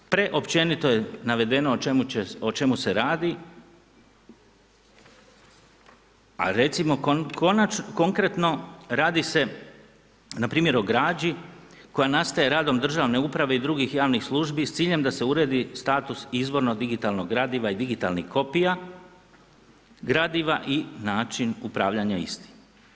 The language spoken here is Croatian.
Preopćenito je navedeno o čemu se radi a recimo konkretno, radi se npr. o građi koja nastaje radom državne uprave i drugih javnih službi s ciljem da se ured i status izvorno digitalnog gradiva i digitalnih kopija, gradiva i način upravljanja istim.